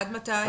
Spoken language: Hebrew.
עד מתי?